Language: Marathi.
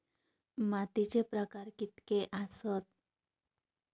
मातीचे प्रकार कितके आसत?